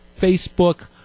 Facebook